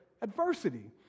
adversity